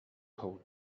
cold